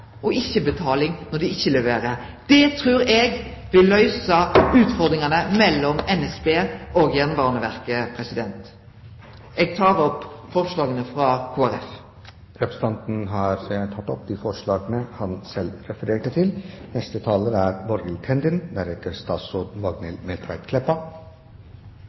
Det trur eg vil løyse utfordringane mellom NSB og Jernbaneverket. Eg tek opp forslaget frå Kristeleg Folkeparti. Representanten Knut Arild Hareide har tatt opp det forslaget han refererte til.